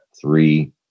three